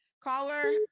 Caller